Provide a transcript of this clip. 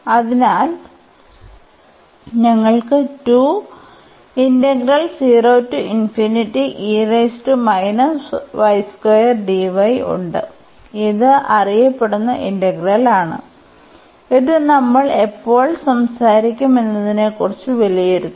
അതിനാൽ ഞങ്ങൾക്ക് ഉണ്ട് ഇത് അറിയപ്പെടുന്ന ഇന്റഗ്രൽ ആണ് ഇത് നമ്മൾ എപ്പോൾ സംസാരിക്കും എന്നതിനെക്കുറിച്ചും വിലയിരുത്തും